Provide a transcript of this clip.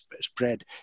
spread